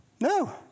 No